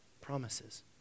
promises